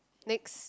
next